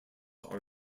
are